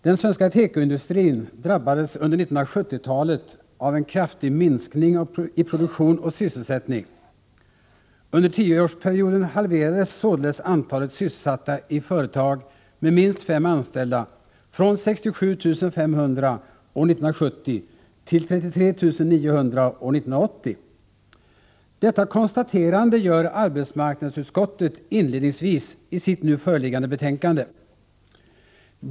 Herr talman! Den svenska tekoindustrin drabbades under 1970-talet av en kraftig minskning i produktion och sysselsättning. Under tioårsperioden halverades således antalet sysselsatta i företag med minst fem anställda från 67 500 år 1970 till 33 900 år 1980. Detta konstaterande gör arbetsmarknadsutskottet inledningsvis i sitt nu föreliggande betänkande.